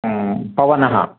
पवनः